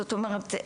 זאת אומרת,